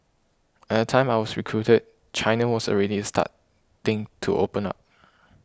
at the time I was recruited China was already starting to open up